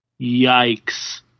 Yikes